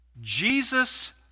Jesus